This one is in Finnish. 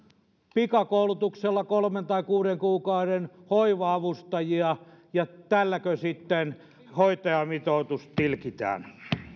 pikakoulutuksella kolme tai kuuden kuukauden hoiva avustajia ja tälläkö sitten hoitajamitoitus tilkitään